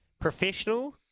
professional